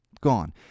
Gone